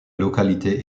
localité